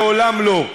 לעולם לא".